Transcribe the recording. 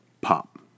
pop